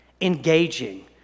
engaging